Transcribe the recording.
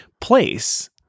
place